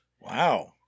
Wow